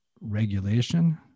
regulation